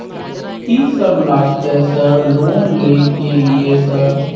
कि सब लगतै सर लोन ले के लिए सर?